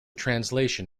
translation